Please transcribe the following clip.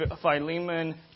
Philemon